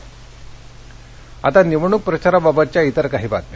आणि आता निवडण्क प्रचाराबाबतच्या इतर काही बातम्या